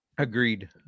Agreed